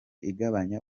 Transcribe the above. igabanya